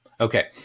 Okay